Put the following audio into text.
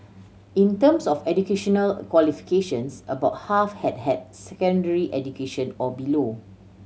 in terms of educational qualifications about half had had secondary education or below